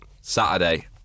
Saturday